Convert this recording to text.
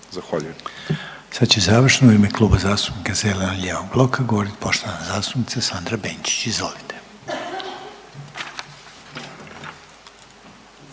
Zahvaljujem.